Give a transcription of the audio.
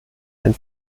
ein